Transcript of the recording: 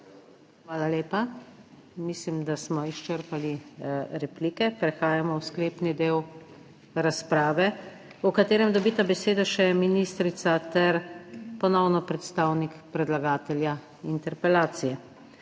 Hvala lepa. Mislim, da smo izčrpali replike, prehajamo v sklepni del razprave, v katerem dobita besedo še ministrica ter ponovno predstavnik predlagatelja interpelacije.